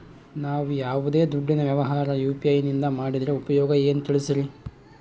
ನಾವು ಯಾವ್ದೇ ದುಡ್ಡಿನ ವ್ಯವಹಾರ ಯು.ಪಿ.ಐ ನಿಂದ ಮಾಡಿದ್ರೆ ಉಪಯೋಗ ಏನು ತಿಳಿಸ್ರಿ?